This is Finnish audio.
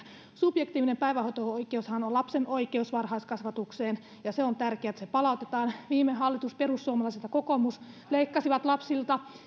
subjektiivinen päivähoito oikeushan on lapsen oikeus varhaiskasvatukseen ja on tärkeää että se palautetaan viime hallitus perussuomalaiset ja kokoomus leikkasi lapsilta